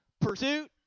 pursuit